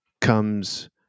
Comes